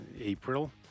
April